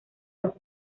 dos